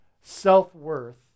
self-worth